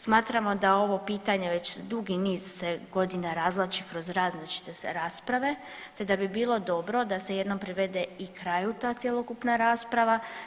Smatramo da ovo pitanje već dugi niz godina razvlači kroz različite rasprave, te da bi bilo dobro da se jednom privede i kraju ta cjelokupna rasprava.